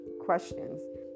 questions